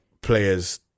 players